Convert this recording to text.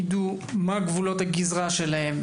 יידעו מה גבולות הגזרה שלהם,